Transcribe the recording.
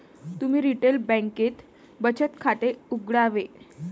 तुम्ही रिटेल बँकेत बचत खाते उघडावे